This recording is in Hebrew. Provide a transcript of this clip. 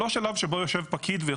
לא בשלב שבו יושב פקיד.